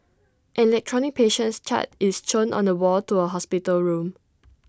an electronic patient chart is shown on the wall to A hospital room